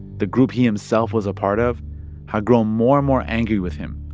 the group he himself was a part of had grown more and more angry with him,